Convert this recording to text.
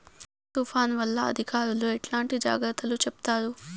తుఫాను వల్ల అధికారులు ఎట్లాంటి జాగ్రత్తలు చెప్తారు?